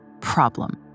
problem